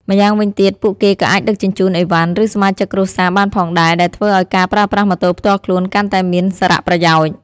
ម្យ៉ាងវិញទៀត ពួកគេក៏អាចដឹកជញ្ជូនអីវ៉ាន់ ឬសមាជិកគ្រួសារបានផងដែរ ដែលធ្វើឱ្យការប្រើប្រាស់ម៉ូតូផ្ទាល់ខ្លួនកាន់តែមានសារៈប្រយោជន៍។